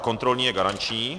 Kontrolní je garanční.